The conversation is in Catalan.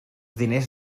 diners